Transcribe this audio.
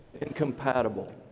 incompatible